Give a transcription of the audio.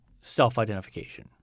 self-identification